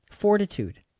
fortitude